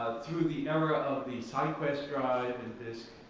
through the era of the syquest drive and disk,